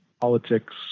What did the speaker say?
politics